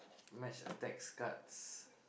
match attacks cards